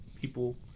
people